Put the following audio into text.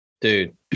Dude